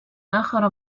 آخر